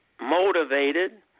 motivated